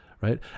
right